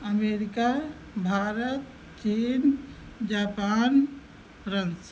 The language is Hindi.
अमेरिका भारत चीन जापान फ्रान्स